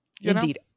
Indeed